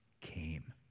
came